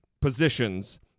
positions